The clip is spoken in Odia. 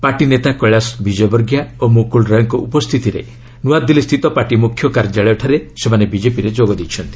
ପାର୍ଟି ନେତା କୈଳାଶ ବିଜୟବର୍ଗିୟା ଓ ମୁକୁଳ ରୟଙ୍କ ଉପସ୍ଥିତିରେ ନ୍ତଆଦିଲ୍ଲୀ ସ୍ଥିତ ପାର୍ଟି ମୁଖ୍ୟ କାର୍ଯ୍ୟାଳୟଠାରେ ସେମାନେ ବିଜେପିରେ ଯୋଗ ଦେଇଛନ୍ତି